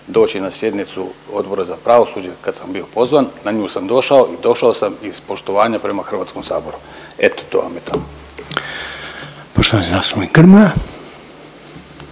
doći na sjednicu Odbora za pravosuđe kad sam bio pozvan. Na nju sam došao i došao iz poštovanja prema Hrvatskom saboru. Eto to vam je to. **Reiner,